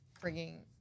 bringing